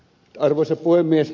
arvoisa puhemies